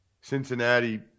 Cincinnati